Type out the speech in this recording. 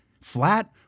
flat